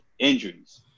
injuries